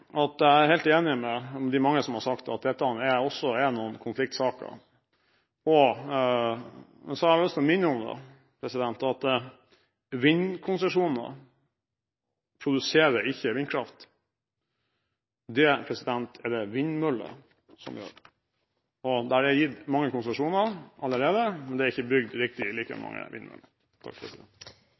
at jeg er helt enig med de mange som har sagt at det også er noen konfliktsaker. Men jeg har lyst til å minne om at vindkonsesjoner ikke produserer vindkraft. Det er det vindmøller som gjør. Det er gitt mange konsesjoner allerede, men det er ikke bygget riktig like mange